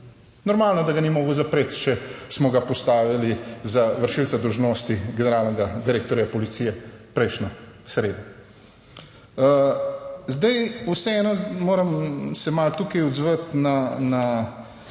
Normalno, da ga ni mogel zapreti, če smo ga postavili za vršilca dolžnosti generalnega direktorja policije prejšnjo sredo. Zdaj, vseeno moram se malo tukaj odzvati na